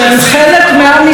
שהם חלק מעם ישראל,